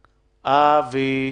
-- אבי,